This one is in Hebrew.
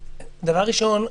ראשון,